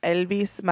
Elvis